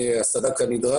הקשר ניתק.